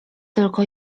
tylko